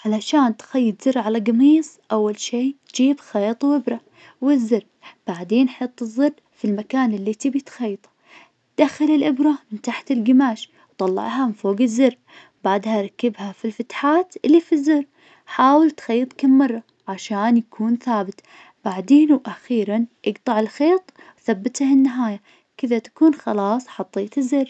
علشان تخيط زر على قميص, أول شي تجيب خيط وإبرا والزر, بعدين حطالزر في المكان اللي تبي تخيطه, دخل الإبرة من تحت القماش وطلعها من فوق الزر, بعدها ركبها في الفتحات اللي في الزر, حاول تخيط كل مرة, عشان يكون ثابت, بعدين وأخيراً, اقطع الخيط وثبته النهاية, كذا تكون خلاص حطيت الزر.